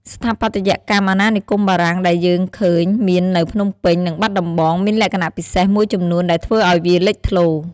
ស្ថាបត្យកម្មអាណានិគមបារាំងដែលយើងឃើញមាននៅភ្នំពេញ និងបាត់ដំបង មានលក្ខណៈពិសេសមួយចំនួនដែលធ្វើឱ្យវាលេចធ្លោ។